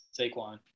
Saquon